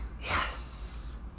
Yes